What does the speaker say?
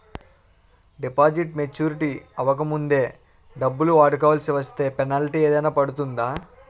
Deposit maturity అవ్వక ముందే డబ్బులు వాడుకొవాల్సి వస్తే పెనాల్టీ ఏదైనా పడుతుందా?